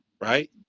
right